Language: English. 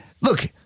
look